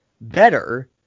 better